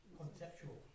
Conceptual